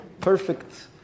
Perfect